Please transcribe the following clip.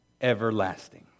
everlasting